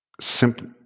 Simply